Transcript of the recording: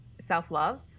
Self-love